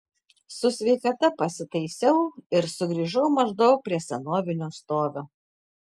su sveikata pasitaisiau ir sugrįžau maždaug prie senovinio stovio